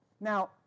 Now